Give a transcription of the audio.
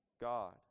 God